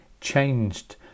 changed